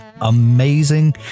amazing